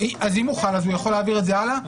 אז אם הוא חל, הוא יכול להעביר את זה הלאה?